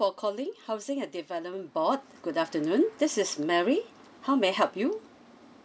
for calling housing and development board good afternoon this is mary how may I help you